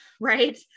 right